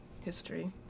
history